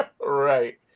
Right